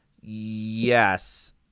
yes